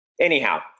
Anyhow